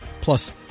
Plus